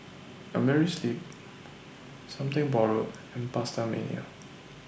Amerisleep Something Borrowed and PastaMania